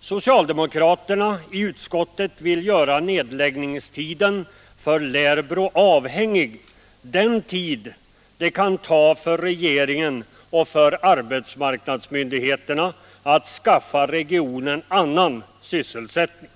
Socialdemokraterna i utskottet vill göra nedläggningstiden för Lärbro avhängig av den tid det kan ta för regeringen och arbetsmarknadsmyndigheterna att skaffa regionen annan sysselsättning.